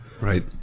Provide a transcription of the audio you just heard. Right